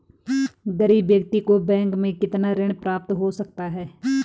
गरीब व्यक्ति को बैंक से कितना ऋण प्राप्त हो सकता है?